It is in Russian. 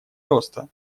роста